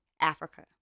Africa